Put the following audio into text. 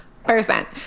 Percent